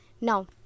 now